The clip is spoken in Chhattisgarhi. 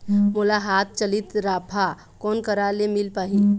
मोला हाथ चलित राफा कोन करा ले मिल पाही?